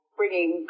bringing